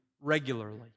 regularly